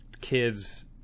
kids